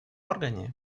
органе